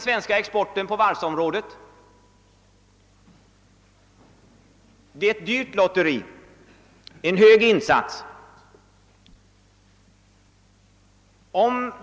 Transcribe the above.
Det är ett dyrt lotteri med höga insatser.